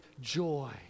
joy